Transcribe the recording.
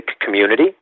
community